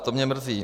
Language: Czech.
To mě mrzí.